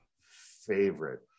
Favorite